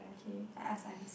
k I ask I ask